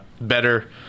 better